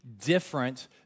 different